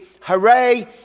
Hooray